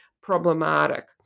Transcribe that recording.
problematic